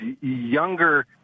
younger